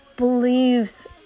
believes